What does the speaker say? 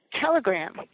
telegram